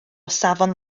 safon